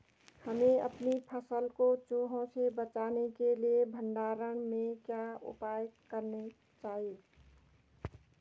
हमें अपनी फसल को चूहों से बचाने के लिए भंडारण में क्या उपाय करने चाहिए?